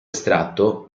estratto